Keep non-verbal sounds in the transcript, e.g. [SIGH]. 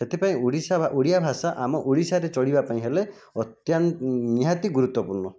ସେଥିପାଇଁ ଓଡ଼ିଶା ବା ଓଡ଼ିଆ ଭାଷା ଆମ ଓଡ଼ିଶାରେ ଚଳିବା ପାଇଁ ହେଲେ [UNINTELLIGIBLE] ନିହାତି ଗୁରୁତ୍ଵପୂର୍ଣ୍ଣ